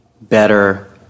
better